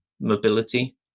mobility